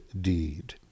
deed